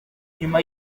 nyuma